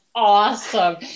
Awesome